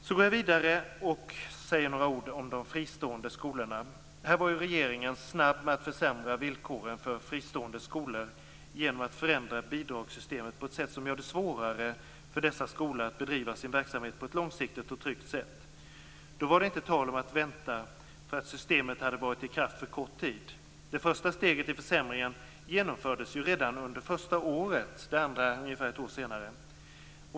Jag går vidare och säger några ord om de fristående skolorna. Här var regeringen snabb med att försämra villkoren för fristående skolor genom att förändra bidragssystemet som gör det svårare för dessa skolor att bedriva sin verksamhet långsiktigt och tryggt. Då var det inte tal om att vänta för att systemet hade varit i kraft för kort tid. Det första steget i försämringen genomfördes under första året. Det andra ungefär ett år senare.